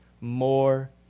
more